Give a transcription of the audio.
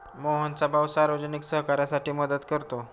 मोहनचा भाऊ सार्वजनिक सहकार्यासाठी मदत करतो